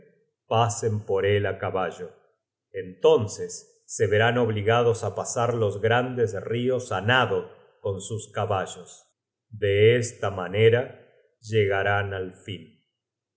pasen por él á caballo entonces se verán obligados á pasar los grandes rios á nado con sus caballos de esta manera llegarán al fin